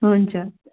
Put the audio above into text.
हुन्छ